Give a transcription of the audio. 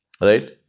Right